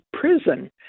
prison